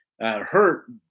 hurt